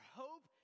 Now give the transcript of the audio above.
hope